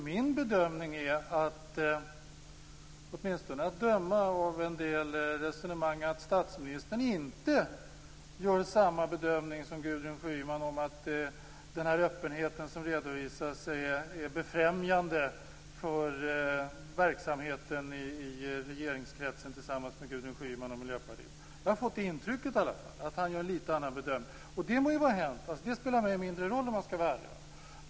Min bedömning är att statsministern inte, åtminstone att döma av en del resonemang, gör samma bedömning som Gudrun Schyman av att den öppenhet som redovisas är befrämjande för verksamheten i regeringskretsen tillsammans med Gudrun Schyman och Miljöpartiet. Jag har i alla fall fått intrycket att han gör en lite annan bedömning. Och det må ju vara hänt. Det spelar mig mindre roll om jag skall vara ärlig.